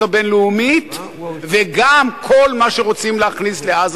הבין-לאומית וגם כל מה שרוצים להכניס לעזה,